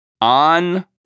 on